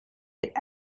had